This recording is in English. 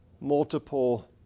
multiple